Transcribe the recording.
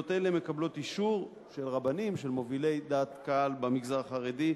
פעילויות אלה מקבלות אישור של רבנים ושל מובילי דעת קהל במגזר החרדי.